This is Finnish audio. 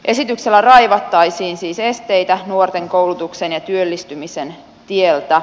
esityksellä raivattaisiin siis esteitä nuorten koulutuksen ja työllistymisen tieltä